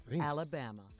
Alabama